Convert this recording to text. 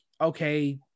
okay